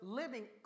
living